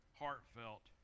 heartfelt